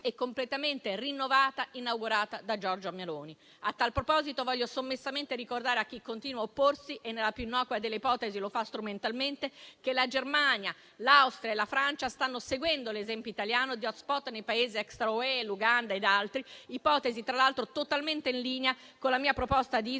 completamente rinnovata, inaugurata da Giorgia Meloni. A tal proposito, voglio sommessamente ricordare a chi continua a opporsi e nella più innocua delle ipotesi lo fa strumentalmente, che la Germania, l'Austria e la Francia stanno seguendo l'esempio italiano di *hotspot* nei Paesi extra-UE (l'Uganda ed altri), ipotesi tra l'altro totalmente in linea con la mia proposta di isola